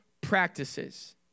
practices